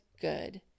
good